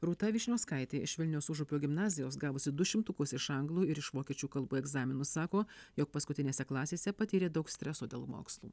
rūta vyšniauskaitė iš vilniaus užupio gimnazijos gavusi du šimtukus iš anglų ir iš vokiečių kalbų egzaminų sako jog paskutinėse klasėse patyrė daug streso dėl mokslų